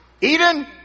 Eden